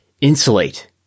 insulate